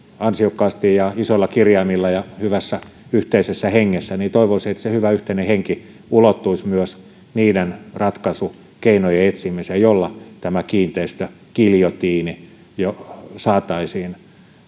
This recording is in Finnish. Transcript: ansiokkaasti ja isoilla kirjaimilla ja hyvässä yhteisessä hengessä niin toivoisin että se hyvä yhteinen henki ulottuisi myös niiden ratkaisukeinojen etsimiseen joilla tämä kiinteistögiljotiini saataisiin